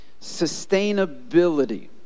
sustainability